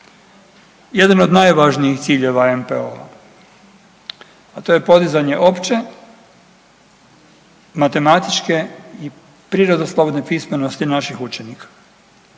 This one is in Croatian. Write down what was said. jedan od najvažnijih ciljeva NPOO-a, a to je podizanje opće matematičke i prirodoslovne pismenosti naših učenika.